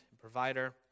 provider